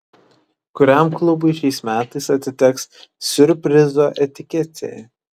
kuriam klubui šiais metais atiteks siurprizo etiketė